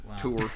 tour